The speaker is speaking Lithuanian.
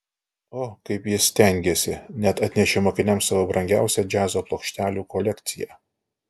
o kaip jis stengėsi net atnešė mokiniams savo brangiausią džiazo plokštelių kolekciją